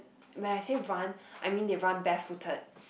when I say run I mean they run barefooted